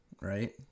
right